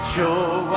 Show